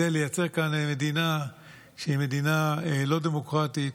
לייצר כאן מדינה שהיא מדינה לא דמוקרטית,